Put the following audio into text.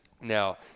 Now